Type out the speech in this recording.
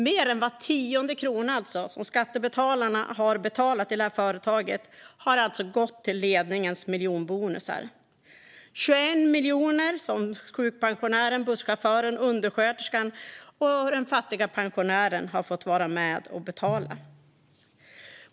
Mer än var tionde krona som skattebetalarna har betalat till det här företaget har alltså gått till ledningens miljonbonusar. Det är 21 miljoner som sjukpensionären, busschauffören, undersköterskan och den fattiga pensionären har fått vara med och betala.